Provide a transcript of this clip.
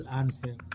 answer